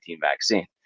vaccine